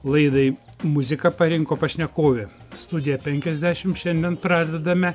laidai muziką parinko pašnekovė studiją penkiasdešim šiandien pradedame